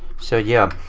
so yeah,